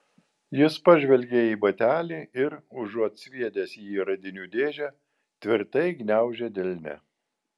jis pažvelgė į batelį ir užuot sviedęs jį į radinių dėžę tvirtai gniaužė delne